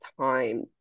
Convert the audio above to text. time